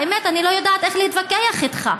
האמת, אני לא יודעת איך להתווכח איתך.